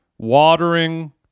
Watering